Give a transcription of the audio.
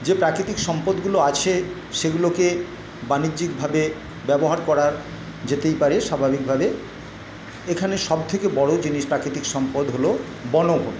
যে প্রাকৃতিক সম্পদগুলো আছে সেগুলোকে বাণিজ্যিকভাবে ব্যবহার করার যেতেই পারে স্বাভাবিকভাবে এখানে সব থেকে বড়ো জিনিস প্রাকৃতিক সম্পদ হল বনভূমি